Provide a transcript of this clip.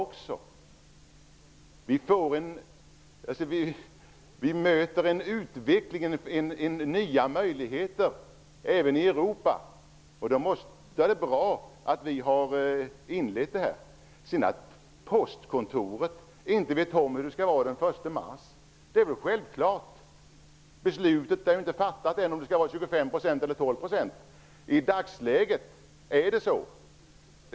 Man möter en utveckling och nya möjligheter även i Europa, och då är det bra att vi har inlett avregleringen. Det är självklart att personalen på postkontoret inte vet hur det skall vara den 1 mars. Beslutet om huruvida momsen skall vara 25 % eller 12 % är ju inte fattat ännu!